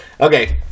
okay